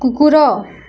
କୁକୁର